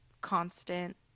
constant